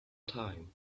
time